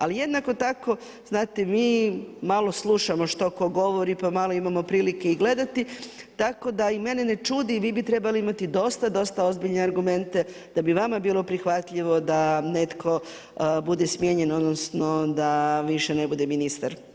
Ali jednako tako znate mi malo slušamo što tko govori, pa malo imamo prilike i gledati, tako da mene i ne čudi, vi bi trebali imati dosta, dosta ozbiljne argumente da bi vama bilo prihvatljivo da netko bude smijenjen odnosno da više ne bude ministar.